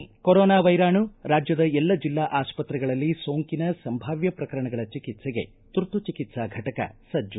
corona ವೈರಾಣು ರಾಜ್ಯದ ಎಲ್ಲ ಜಿಲ್ಲಾ ಆಸ್ಪತ್ರೆಗಳಲ್ಲಿ ಸೋಂಕಿನ ಸಂಭಾವ್ಯ ಪ್ರಕರಣಗಳ ಚಿಕಿಲ್ಲೆಗೆ ತುರ್ತು ಚಿಕಿತ್ಸಾ ಘಟಕ ಸಜ್ಜು